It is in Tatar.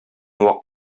вак